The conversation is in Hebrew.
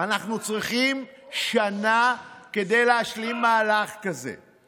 אנחנו צריכים שנה כדי להשלים מהלך כזה.